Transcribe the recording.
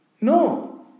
No